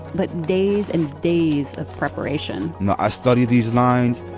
but days and days of preparation now i study these lines,